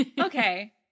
Okay